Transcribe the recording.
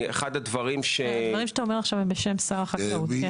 הדברים שאתה אומר עכשיו הם בשם שר החקלאות.